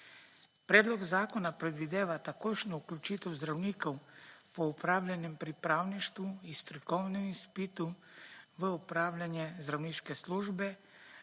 Predlog zakona predvideva takojšnjo vključitev zdravnikov po opravljenem pripravništvu in strokovnem izpitu v opravljanje zdravniške službe